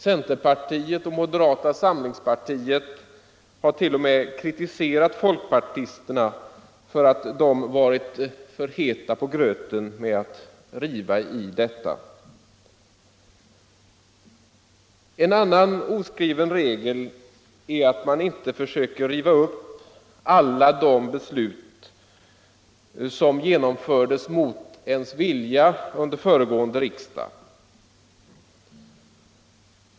Centerpartiet och moderata samlingspartiet har t.o.m. kritiserat folk partisterna för att de varit för heta på gröten med att riva i detta. En annan oskriven regel är att man inte försöker riva upp alla de beslut som genomfördes mot ens vilja under föregående riksdag.